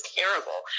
terrible